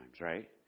right